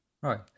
Right